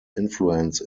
influence